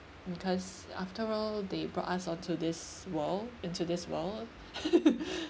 because after all they brought us onto this world into this world